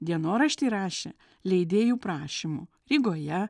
dienorašty rašė leidėjų prašymu rygoje